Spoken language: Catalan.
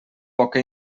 poca